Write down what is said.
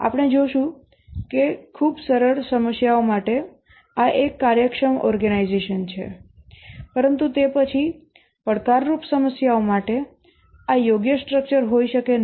આપણે જોશું કે ખૂબ સરળ સમસ્યાઓ માટે આ એક કાર્યક્ષમ ઓર્ગેનાઇઝેશન છે પરંતુ તે પછી પડકારરૂપ સમસ્યાઓ માટે આ યોગ્ય સ્ટ્રક્ચર હોઈ શકે નહીં